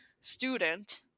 student